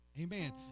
Amen